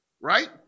right